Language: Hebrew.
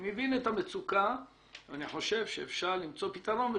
אני מבין את המצוקה אבל אני חושב שאפשר למצוא פתרון,